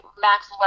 max